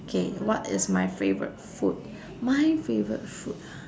K what is my favourite food my favourite food ah